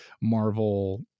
marvel